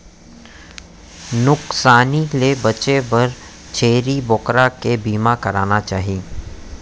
नुकसानी ले बांचे बर छेरी बोकरा के बीमा कराना चाही